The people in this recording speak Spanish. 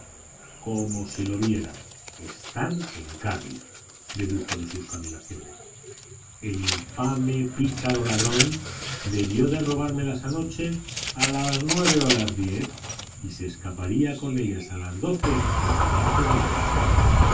como si lo viera están en cádiz dedujo de sus cavilaciones el infame pícaro ladrón debió de robármelas anoche a las nueve o las diez y se escaparía con ellas a las doce en el barco de la carga